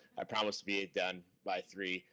i promise to be done by three.